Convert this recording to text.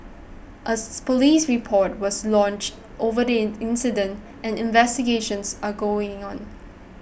a police report was lodged over the incident and investigations are going on